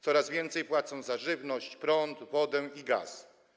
Coraz więcej płacą oni za żywność, prąd, wodę i gaz.